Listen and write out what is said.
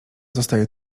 zostaje